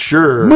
Sure